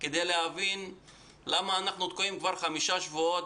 כדי להבין למה אנחנו תקועים כבר חמישה שבועות